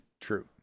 True